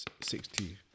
sixty